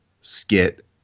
skit